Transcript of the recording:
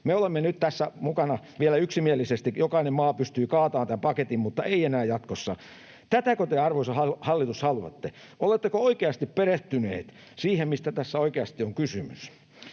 Me olemme nyt tässä mukana vielä yksimielisesti. Jokainen maa pystyy kaatamaan tämän paketin, mutta ei enää jatkossa. Tätäkö te, arvoisa hallitus, haluatte? Oletteko oikeasti perehtyneet siihen, mistä tässä oikeasti on kysymys?